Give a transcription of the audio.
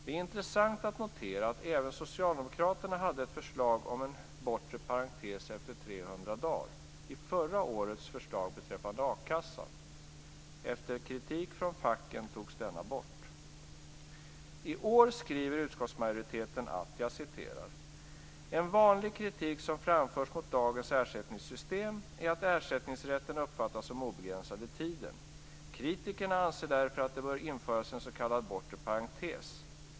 Det är intressant att notera att även socialdemokraterna hade med ett förslag om en bortre parentes efter 300 dagar i förra årets förslag beträffande akassan. Efter kritik från facken togs detta bort. I år skriver utskottsmajoriteten: "En vanlig kritik som framförs mot dagens ersättningssystem är att ersättningsrätten uppfattas om obegränsad i tiden. Kritikerna anser därför att det bör införas en s.k. bortre parentes.